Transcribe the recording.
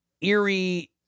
eerie